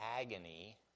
agony